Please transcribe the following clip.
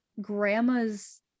grandma's